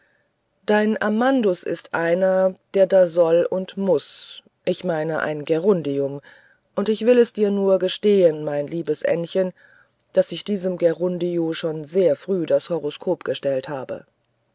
dein amandus ist einer der da soll und muß ich meine ein gerundium und ich will es dir nur gestehen mein liebes ännchen daß ich diesem gerundio schon sehr früh das horoskop gestellt habe